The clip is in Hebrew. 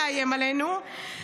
"לאיים עלינו,